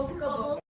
go